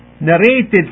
narrated